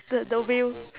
the the wheel